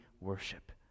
worship